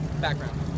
background